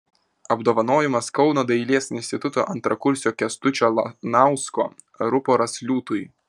apdovanojimas kauno dailės instituto antrakursio kęstučio lanausko ruporas liūtui